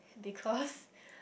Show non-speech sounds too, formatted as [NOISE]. because [LAUGHS]